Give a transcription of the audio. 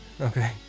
Okay